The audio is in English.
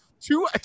two